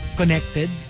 connected